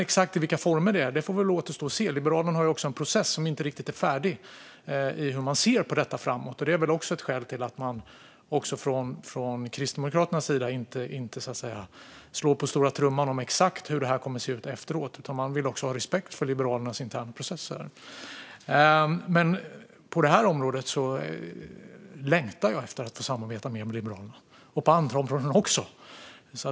Exakt i vilka former återstår väl att se. Liberalerna har också en process som inte riktigt är färdig när det gäller hur man ser på detta framåt, och det är väl också ett skäl till att Kristdemokraterna inte slår på stora trumman om exakt hur det kommer att se ut efteråt. Man vill också ha respekt för Liberalernas interna processer. På det här området längtar jag efter att få samarbeta mer med Liberalerna och på andra områden också.